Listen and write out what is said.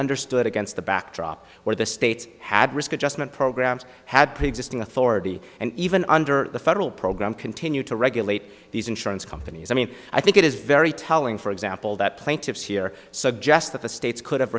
understood against the backdrop where the state's had risk adjustment programs had preexisting authority and even under the federal program continue to regulate these insurance companies i mean i think it is very telling for example that plaintiffs here suggest that the states could have